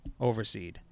overseed